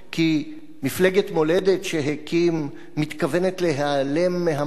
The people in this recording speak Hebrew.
מולדת שהקים מתכוונת להיעלם מהמפה הפוליטית,